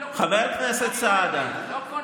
ויש פה קואליציה